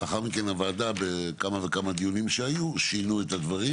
לאחר מכן הוועדה בכמה וכמה דיונים שהיו שינו את הדברים